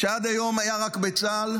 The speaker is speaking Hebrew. שעד היום היה רק בצה"ל.